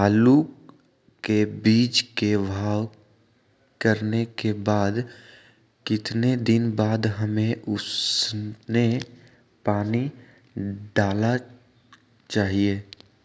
आलू के बीज के भाव करने के बाद कितने दिन बाद हमें उसने पानी डाला चाहिए?